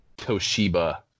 Toshiba